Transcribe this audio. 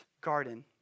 garden